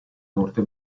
morte